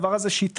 דבר שקשה להסביר.